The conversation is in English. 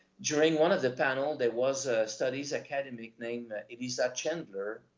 during one of the panel, there was a studies academic name elisa chandler,